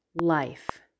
life